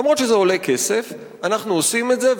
אף-על-פי שזה עולה כסף אנחנו עושים את זה,